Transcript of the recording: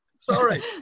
Sorry